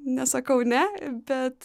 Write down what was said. nesakau ne bet